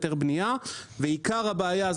וקבלת היתר בנייה, ועיקר הבעיה הוא